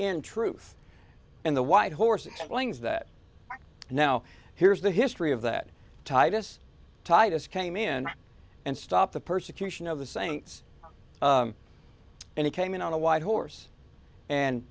in truth in the white horse plains that now here's the history of that titus titus came in and stopped the persecution of the saints and he came in on a white horse and